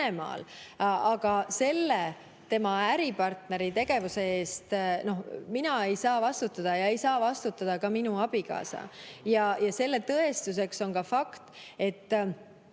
Aga tema äripartneri tegevuse eest mina ei saa vastutada ja ei saa vastutada ka minu abikaasa. Selle tõestuseks on fakt, et